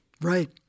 right